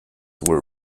were